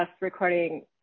recording